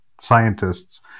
scientists